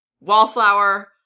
Wallflower